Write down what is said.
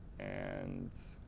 and